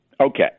Okay